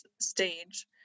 stage